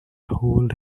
hold